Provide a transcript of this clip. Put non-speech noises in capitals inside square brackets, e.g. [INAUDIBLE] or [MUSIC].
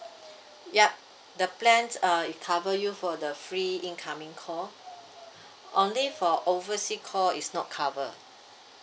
yup the plans uh it cover you for the free incoming call [BREATH] only for overseas call is not covered